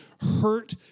hurt